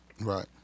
Right